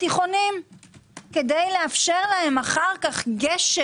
בתיכונים כדי לאפשר להם אחר כך גשר